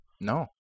No